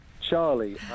Charlie